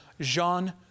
Jean